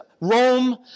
Rome